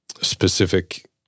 specific